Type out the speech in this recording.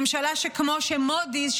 ממשלה כמו שמודי'ס,